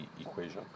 equation